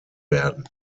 werden